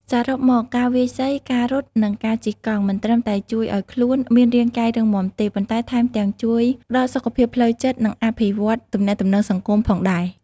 សរុបមក ការវាយសី ការរត់ និងការជិះកង់ មិនត្រឹមតែជួយឲ្យខ្លួនមានរាងកាយរឹងមាំទេ ប៉ុន្តែថែមទាំងជួយផ្ដល់សុខភាពផ្លូវចិត្ត និងអភិវឌ្ឍន៍ទំនាក់ទំនងសង្គមផងដែរ។